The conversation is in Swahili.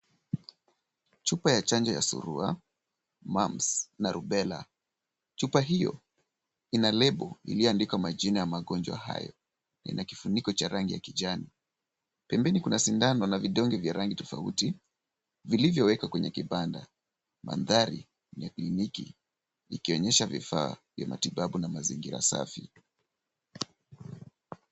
Chupa ya chanjo ya surua, mumps na rubela. Chupa hio ina label iliyoandikwa majina ya magonjwa hayo. Ina kifuniko cha rangi ya kijani. Pembeni kuna sindano na vidonge vya rangi tofauti vilivyowekwa kwenye kibanda. Mandhari ni ya kliniki ikionyesha vifaa vya matibabu na mazingira safi.